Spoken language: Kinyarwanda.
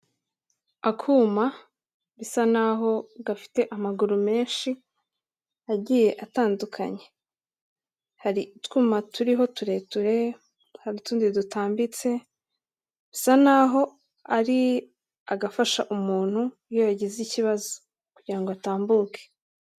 Akuma bisa naho gafite amaguru menshi agiye atandukanye, hari utwuma turiho tureture, hari utundi dutambitse, bisa naho ari agafasha umuntu iyo yagize ikibazo kugira ngo atambuke.